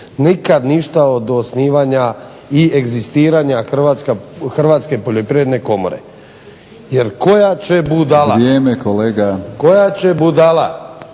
nikad ništa od osnivanja i egzistiranja Hrvatske poljoprivredne komore. Jer koja će budala…